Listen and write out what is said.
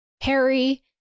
harry